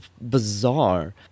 bizarre